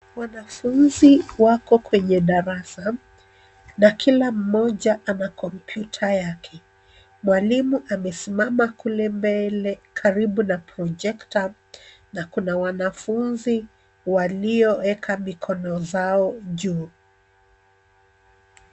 Wanafunzi wako kwenye darasa, na kila mmoja ana kompyuta yake. Mwalimu amesimama kule mbele karibu na projector na kuna wanafunzi walioweka mikono yao juu.